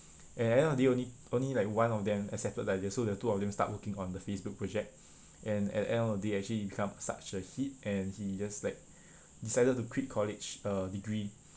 and at the end of the day only only like one of them accepted the idea so the two of them start working on the Facebook project and at the end of the day actually it become such a hit and he just like decided to quit college uh degree